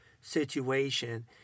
situation